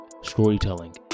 storytelling